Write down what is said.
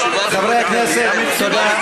החלטתי, חברי הכנסת, תודה.